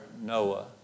Noah